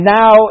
now